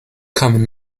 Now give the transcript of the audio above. kamen